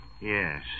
Yes